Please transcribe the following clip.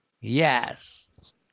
yes